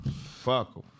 Fuck